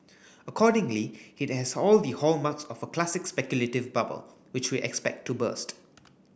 accordingly it has all the hallmarks of a classic speculative bubble which we expect to burst